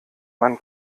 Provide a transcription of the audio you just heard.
man